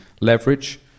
leverage